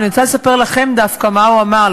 ואני רוצה לספר לכם דווקא מה הוא אמר,